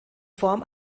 form